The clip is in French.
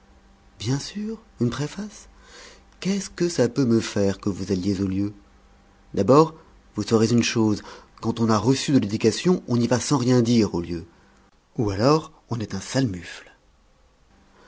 bien sûr une préface qu'est-ce que ça peut me faire que vous alliez aux lieux d'abord vous saurez une chose quand on a reçu de l'éducation on y va sans rien dire aux lieux ou alors on est un sale mufle